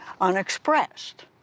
unexpressed